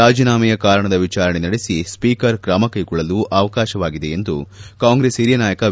ರಾಜೀನಾಮೆಯ ಕಾರಣದ ವಿಚಾರಣೆ ನಡೆಸಿ ಸ್ವೀಕರ್ ಕ್ರಮಕೈಗೊಳ್ಳಲು ಅವಕಾಶವಾಗಿದೆ ಎಂದು ಕಾಂಗ್ರೆಸ್ ಹಿರಿಯ ನಾಯಕ ವಿ